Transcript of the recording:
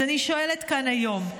אז אני שואלת כאן היום: